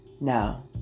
Now